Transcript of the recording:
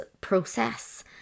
process